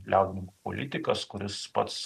liaudininkų politikas kuris pats